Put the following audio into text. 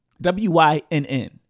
W-Y-N-N